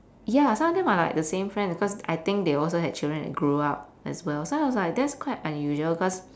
ya some of them are like the same friend because I think they also had children that grew up as well so I was like that's quite unusual cause